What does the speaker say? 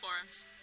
forums